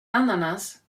ananas